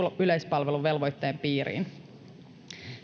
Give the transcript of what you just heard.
yleispalveluvelvoitteen piiriin